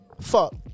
Fuck